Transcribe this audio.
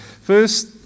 First